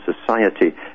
society